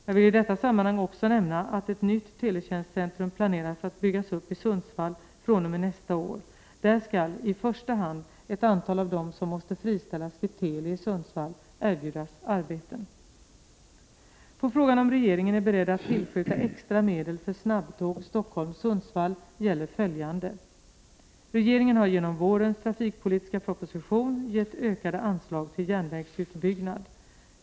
Jag vill i detta sammanhang också nämna att ett nytt teletjänstcentrum planeras att byggas upp i Sundsvall fr.o.m. nästa år. Där skall i första hand ett antal av dem som måste friställas vid Teli i Sundsvall erbjudas arbeten. På frågan om regeringen är beredd att tillskjuta extra medel för snabbtåg Stockholm-Sundsvall gäller följande. Regeringen har genom vårens trafikpolitiska proposition gett ökade anslag till järnvägsutbyggnad.